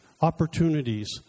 opportunities